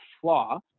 flaw